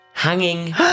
Hanging